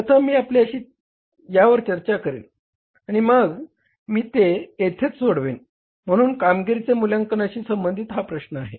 प्रथम मी आपल्याशी या प्रश्नावर चर्चा करेन आणि मग मी ते येथेच सोडवेन म्हणून कामगिरीचे मूल्यांकनाशी संबंधित हा प्रश्न आहे